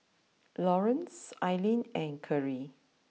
Laurance Alline and Kerri